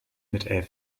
mit